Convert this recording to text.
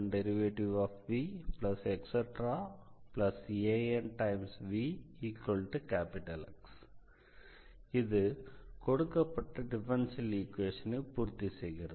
dnvdxna1dn 1vdxn 1anvX இது கொடுக்கப்பட்ட differential ஈக்வேஷனை பூர்த்தி செய்கிறது